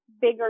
bigger